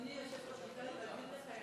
אדוני היושב-ראש,